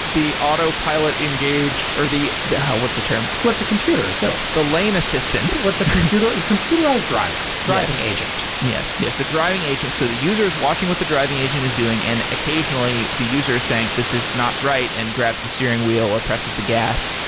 the autopilot engaged, or what's the term? what the computer is doing the lane assistant what the computer computerized driver, driving agent yes. yes, the driving agent. so the user is watching what the driving agent is doing and occasionally the user is saying this is not right, and grabs the steering wheel, or presses the gas.